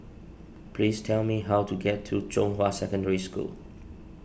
please tell me how to get to Zhonghua Secondary School